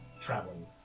Traveling